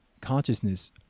consciousness